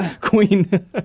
Queen